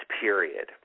period